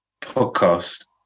podcast